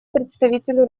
представителю